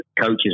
coaches